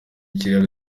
kiraro